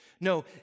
No